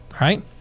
right